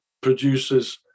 produces